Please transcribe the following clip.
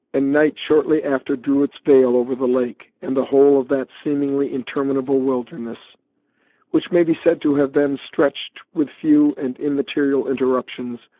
and night shortly after drew its veil over the lake, and the whole of that seemingly interminable wilderness which may be said to have then stretched, with few and immaterial interruptions,